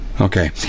Okay